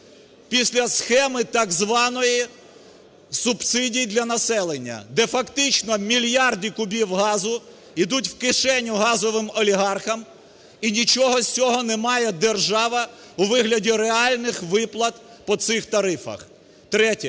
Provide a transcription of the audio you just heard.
після схеми так званої "субсидій для населення". Де фактично мільярди кубів газу йдуть в кишеню газовим олігархам і нічого з цього не має держава у вигляді реальних виплат по цих тарифах. Третє